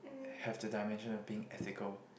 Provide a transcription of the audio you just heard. have the dimension of being ethical